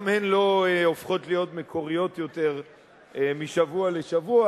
גם הן לא הופכות להיות מקוריות יותר משבוע לשבוע,